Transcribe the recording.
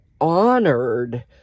honored